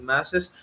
Masses